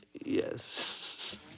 Yes